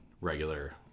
regular